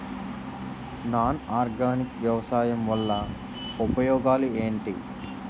Non organic వ్యవసాయం వల్ల ఉపయోగాలు ఏంటీ?